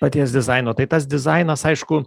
paties dizaino tai tas dizainas aišku